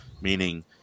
meaning